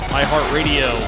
iHeartRadio